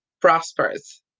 prosperous